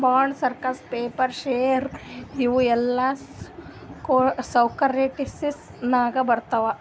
bonds, stocks, preferred share ಇವು ಎಲ್ಲಾ securities ನಾಗೆ ಬರ್ತಾವ್